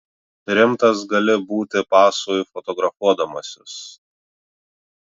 rimtas gali būti pasui fotografuodamasis